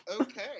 okay